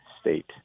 state